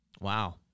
Wow